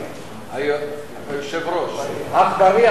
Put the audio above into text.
אגב,